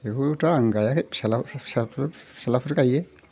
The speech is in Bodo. बेखौबोथ' आं गायाखै फिसाज्ला फिसाफोर गायो